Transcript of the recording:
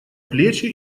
плечи